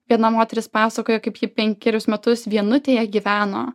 viena moteris pasakojo kaip ji penkerius metus vienutėje gyveno